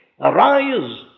arise